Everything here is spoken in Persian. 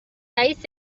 رئیس